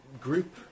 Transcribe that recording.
group